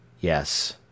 Yes